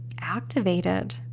activated